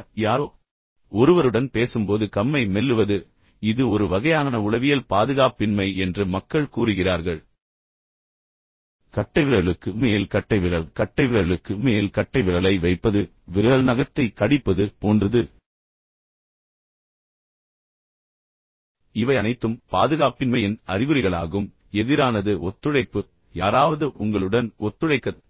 கூட யாரோ ஒருவருடன் பேசும்போது கம்மை மெல்லுவது இது ஒரு வகையான உளவியல் பாதுகாப்பின்மை என்று மக்கள் கூறுகிறார்கள் கட்டைவிரலுக்கு மேல் கட்டைவிரல் கட்டைவிரலுக்கு மேல் கட்டைவிரலை வைப்பது விரல் நகத்தைக் கடிப்பது போன்றது எனவே இவை அனைத்தும் பாதுகாப்பின்மையின் அறிகுறிகளாகும் ஆனால் எதிரானது ஒத்துழைப்பு யாராவது உங்களுடன் ஒத்துழைக்கத்